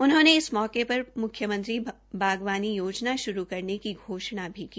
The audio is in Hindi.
उन्होंने इस मौके पर म्ख्यमंत्री बागवानी योजना श्रू करने की घोषणा भी की